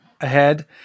ahead